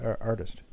artist